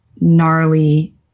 gnarly